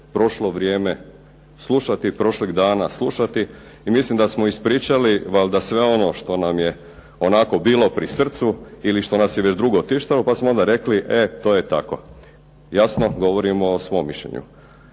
prošlo vrijeme prilike slušati i mislim da smo ispričati valjda sve ono što nam je onako bilo pri srcu ili što nas je već dugo tištilo pa smo onda rekli e to je tako. Jasno, govorimo o svom mišljenju.